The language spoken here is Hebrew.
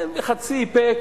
בחצי פה,